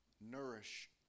nourish